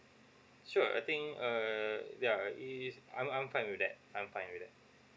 sure I think err yeah it's I'm I'm fine with that I'm fine with that